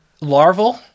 Larval